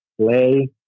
play